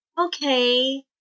okay